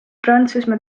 prantsusmaa